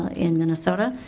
in minnesota.